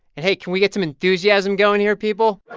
and hey, can we get some enthusiasm going here, people?